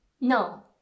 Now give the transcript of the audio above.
No